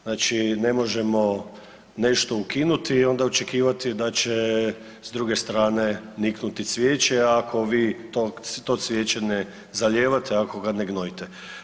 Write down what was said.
Znači, ne možemo nešto ukinuti i onda očekivati da će s druge strane niknuti cvijeće ako vi to cvijeće ne zalijevate, ako ga ne gnojite.